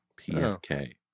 PFK